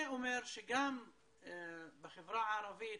החברה הערבית